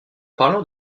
partant